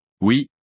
Oui